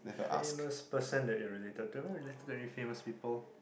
famous person that you are related to am I related to any famous people